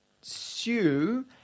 Sue